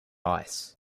ice